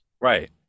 right